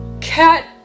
Cat